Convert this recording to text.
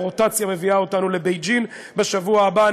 הרוטציה מביאה אותנו לבייג'ין בשבוע הבא.